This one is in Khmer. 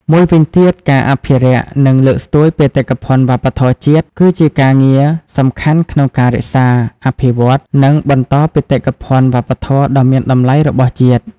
មួយវិញទៀតការអភិរក្ស និង លើកស្ទួយបេតិកភណ្ឌវប្បធម៌ជាតិ គឺជាការងារសំខាន់ក្នុងការរក្សា អភិវឌ្ឍ និងបន្តបេតិកភណ្ឌវប្បធម៌ដ៏មានតម្លៃរបស់ជាតិ។